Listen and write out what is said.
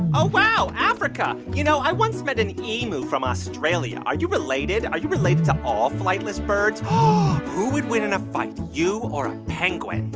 oh, wow africa. you know, i once met an emu from australia. are you related? are you related to all flightless birds? oh who would win in a fight, you or a penguin?